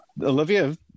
Olivia